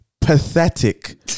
pathetic